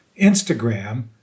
Instagram